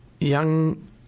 young